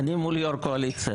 אני מול יו"ר הקואליציה,